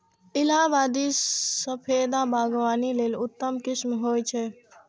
इलाहाबादी सफेदा बागवानी लेल उत्तम किस्म होइ छै